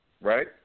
Right